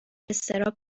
اضطراب